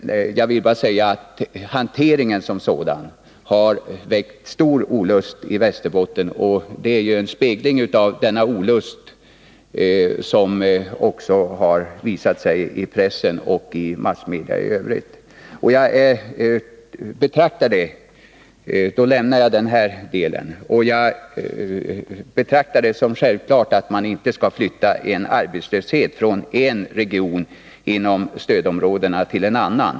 Jag vill bara säga att hanteringen som sådan har väckt stor olust i Västerbotten. Det är en spegling av denna olust som har visat sig i pressen och i massmedia i övrigt. Därmed lämnar jag den delen av frågan. Jag betraktar det som självklart att man inte skall flytta arbetslöshet från en region inom stödområdena till en annan.